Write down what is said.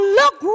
look